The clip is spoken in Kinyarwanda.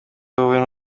wowe